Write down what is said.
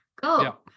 go